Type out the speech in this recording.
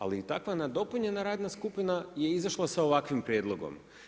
Ali i takva nadopunjena radna skupina je izašla sa ovakvim prijedlogom.